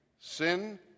sin